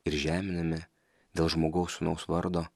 ir žeminami dėl žmogaus sūnaus vardo